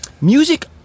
Music